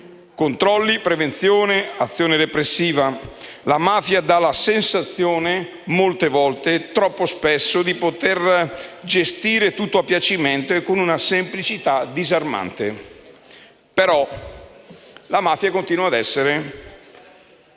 controlli, prevenzione e azioni repressive. La mafia dà la sensazione, molte volte, troppo spesso, di poter gestire tutto a piacimento e con una semplicità disarmante. La mafia continua a essere